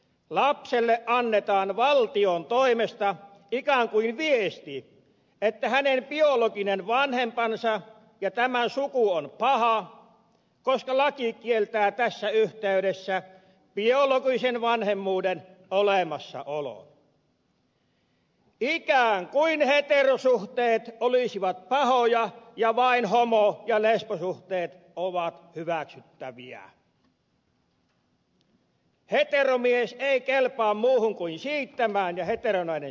lapselle annetaan valtion toimesta ikään kuin viesti että hänen biologinen vanhempansa ja tämän suku ovat pahoja koska laki kieltää tässä yhteydessä biologisen vanhemmuuden olemassaolon ikään kuin heterosuhteet olisivat pahoja ja vain homo ja lesbosuhteet ovat hyväksyttäviä heteromies ei kelpaa muuhun kuin siittämään ja heteronainen synnyttämään